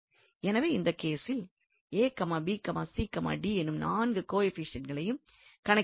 எனவே இந்த கேசில் என்னும் நான்கு கொயபிஷியண்ட்ஸையும் கணக்கிட வேண்டும்